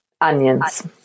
Onions